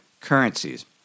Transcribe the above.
currencies